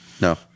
No